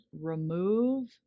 remove